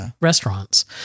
restaurants